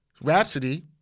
Rhapsody